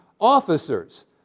officers